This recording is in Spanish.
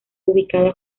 ubicada